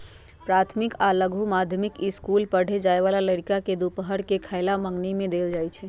प्राथमिक आ लघु माध्यमिक ईसकुल पढ़े जाय बला लइरका के दूपहर के खयला मंग्नी में देल जाइ छै